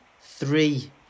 three